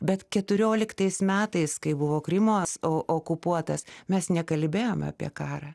bet keturioliktais metais kai buvo krymas okupuotas mes nekalbėjom apie karą